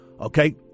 Okay